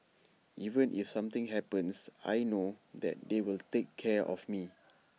even if something happens I know that they will take care of me